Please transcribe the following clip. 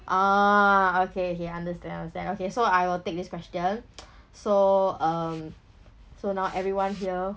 ah okay okay understand understand okay so I will take this question so um so now everyone here